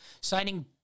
signing